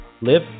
live